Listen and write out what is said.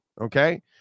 okay